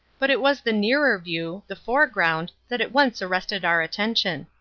but it was the nearer view, the foreground, that at once arrested our attention.